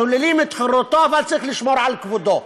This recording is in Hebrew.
שוללים את חירותו אבל צריך לשמור על כבודו.